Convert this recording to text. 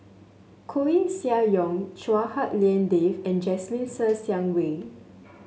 Koeh Sia Yong Chua Hak Lien Dave and Jasmine Ser Xiang Wei